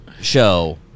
show